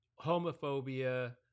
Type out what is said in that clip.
homophobia